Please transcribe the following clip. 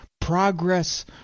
progress